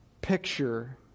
picture